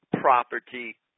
property